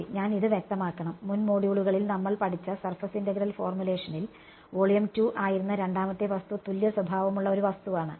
ശരി ഞാൻ ഇത് വ്യക്തമാക്കണം മുൻ മൊഡ്യൂളുകളിൽ നമ്മൾ പഠിച്ച സർഫസ് ഇന്റഗ്രൽ ഫോർമുലേഷനിൽ വോളിയം 2 ആയിരുന്ന രണ്ടാമത്തെ വസ്തു തുല്യസ്വഭാവമുള്ള ഒരു വസ്തുവാണ്